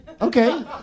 Okay